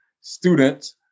student